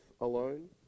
alone